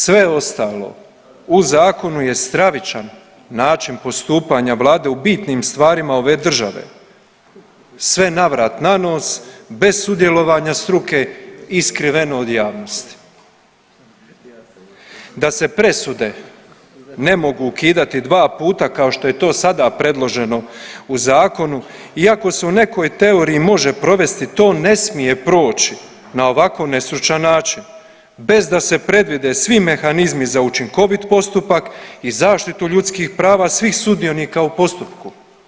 Sve ostalo u zakonu je stravičan način postupanja vlade u bitnim stvarima ove države, sve na vrat na nos bez sudjelovanja struke i skriveno od javnosti, da se presude ne mogu ukidati dva puta kao što je to sada predloženo u zakonu, iako se u nekoj teoriji može provesti to ne smije proći na ovako nestručan način, bez da se predvide svi mehanizmi za učinkovit postupak i zaštitu ljudskih prava svih sudionika u postupku.